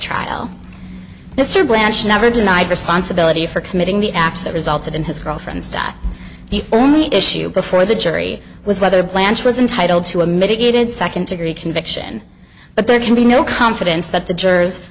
blanch never denied responsibility for committing the apps that resulted in his girlfriend's dot the only issue before the jury was whether blanche was entitle to a mitigated second degree conviction but there can be no confidence that the jurors